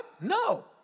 no